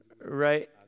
right